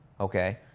okay